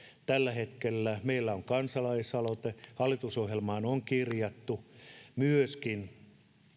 tällä hetkellä meillä on kansalaisaloite hallitusohjelmaan on kirjattu myöskin